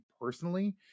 personally